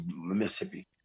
Mississippi